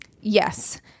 Yes